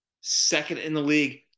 second-in-the-league